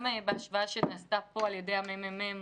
בהשוואה שנעשתה פה על ידי הממ"מ,